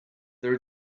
there